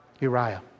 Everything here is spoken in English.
Uriah